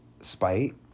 spite